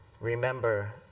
remember